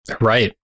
right